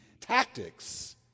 tactics